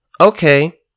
Okay